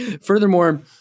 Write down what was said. Furthermore